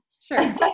Sure